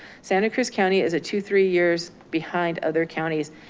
santa cruz county has a two three years behind other counties,